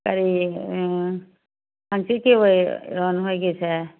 ꯀꯔꯤ ꯍꯥꯡꯁꯤꯠꯀꯤ ꯑꯣꯏꯔꯣ ꯅꯣꯏꯒꯤꯁꯦ